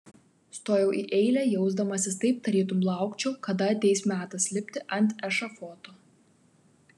stojau į eilę jausdamasis taip tarytum laukčiau kada ateis metas lipti ant ešafoto